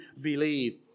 believe